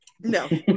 No